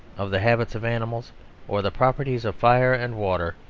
of the habits of animals or the properties of fire and water,